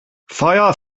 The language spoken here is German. feuer